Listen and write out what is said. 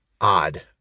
odd